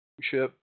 ship